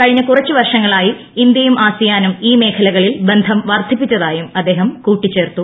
കഴിഞ്ഞ് കുറച്ചുവർഷങ്ങളായി ഇന്ത്യയും ആസിയാനും ഈ മേഖലക്ക്ളിൽ ബന്ധം വർധിപ്പിച്ചതായും അദ്ദേഹം കൂട്ടിച്ചേർത്തു